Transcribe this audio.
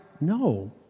No